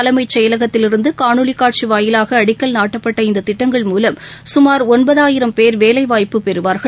தலைமைச் செயலகத்திலிருந்துகாணொலிகாட்சிவாயிலாகஅடிக்கல் நாட்டப்பட்ட இந்ததிட்டங்கள் மூலம் சுமாா் ஒன்பதாயிரம் பேர் வேலைவாய்ப்பு பெறுவாா்கள்